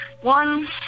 one